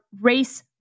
race